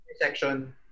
intersection